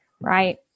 Right